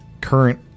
current